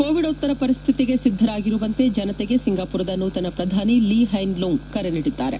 ಕೋವಿಡೋತ್ತರ ಪರಿಸ್ಲಿತಿಗೆ ಸಿದ್ದರಾಗಿರುವಂತೆ ಜನತೆಗೆ ಸಿಂಗಾಮರದ ನೂತನ ಪ್ರಧಾನಿ ಲೀ ಪೈನ್ ಲೂಂಗ್ ಕರೆ ನೀಡಿದ್ದಾರೆ